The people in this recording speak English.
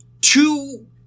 two